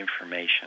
information